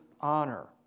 honor